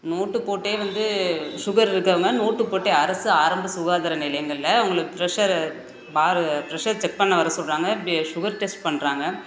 note போட்டே வந்து sugar இருக்கவங்க நோட்டு போட்டே அரசு ஆரம்ப சுகாதார நிலையங்கள்ல உங்களுக்கு ப்ரெஷர் பார் ப்ரெஷர் செக் பண்ண வர சொல்லுறாங்க அப்படி ஷுகர் டெஸ்ட் பண்ணுறாங்க